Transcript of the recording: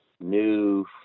new